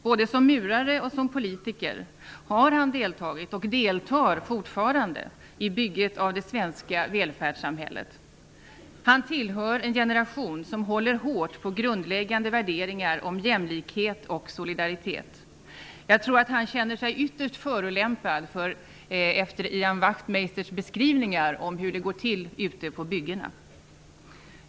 Både som murare och politiker har han deltagit, och deltar fortfarande, i bygget av det svenska välfärdssamhället. Han tillhör en generation som håller hårt på grundläggande värderingar om jämlikhet och solidaritet. Jag tror att han känner sig ytterst förolämpad efter Ian Wachtmeisters beskrivningar om hur det går till ute på byggena.